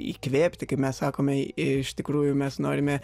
įkvėpti kaip mes sakome iš tikrųjų mes norime